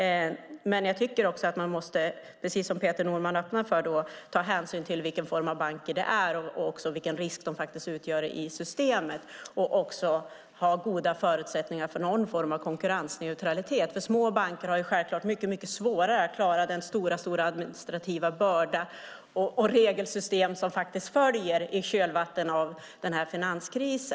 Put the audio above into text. Men jag tycker också att man måste, precis som Peter Norman öppnar för, ta hänsyn till vilken form av banker det är och vilken risk de faktiskt utgör i systemet. Det måste finnas goda förutsättningar för någon form av konkurrensneutralitet. Små banker har självklart mycket svårare att klara den stora administrativa börda och det regelsystem som faktiskt följer i kölvattnet av denna finanskris.